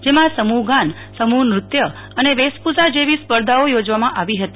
જેમાં સમુહગાન સમહ નૃત્ય અન વેશભષા જેવી સ્પર્ધાઓ યોજવામાં આવી હતી